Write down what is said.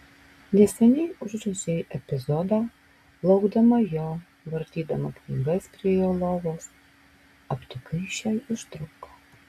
neseniai užrašei epizodą laukdama jo vartydama knygas prie jo lovos aptikai šią ištrauką